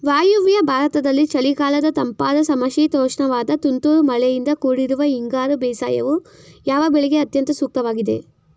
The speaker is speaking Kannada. ವಾಯುವ್ಯ ಭಾರತದಲ್ಲಿ ಚಳಿಗಾಲದ ತಂಪಾದ ಸಮಶೀತೋಷ್ಣವಾದ ತುಂತುರು ಮಳೆಯಿಂದ ಕೂಡಿರುವ ಹಿಂಗಾರು ಬೇಸಾಯವು, ಯಾವ ಬೆಳೆಗೆ ಅತ್ಯಂತ ಸೂಕ್ತವಾಗಿದೆ?